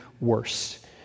worse